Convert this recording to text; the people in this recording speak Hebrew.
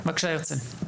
בבקשה, הרצל.